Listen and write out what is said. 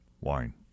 Wine